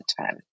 time